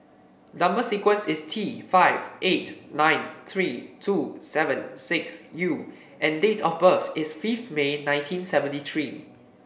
number sequence is T five eight nine three two seven six U and date of birth is fifth May nineteen seventy three